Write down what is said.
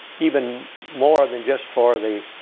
even more than just for the